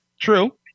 True